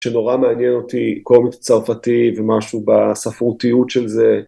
שנורא מעניין אותי, קוראים לזה צרפתי, ומשהו בספרותיות של זה.